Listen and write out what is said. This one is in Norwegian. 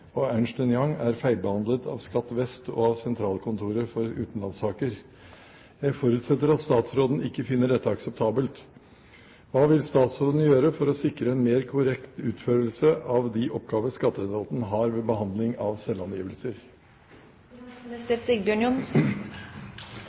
og Ernst & Young er feilbehandlet av Skatt vest og av Sentralskattekontoret for utenlandssaker. Jeg forutsetter at statsråden ikke finner dette akseptabelt. Hva vil statsråden gjøre for å sikre en mer korrekt utførelse av de oppgaver Skatteetaten har ved behandling av selvangivelser?»